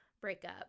breakup